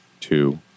two